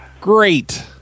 Great